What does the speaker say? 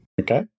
Okay